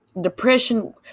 Depression